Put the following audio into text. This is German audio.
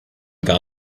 gar